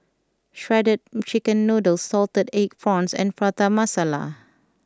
Shredded Chicken Noodles Salted Egg Prawns and Prata Masala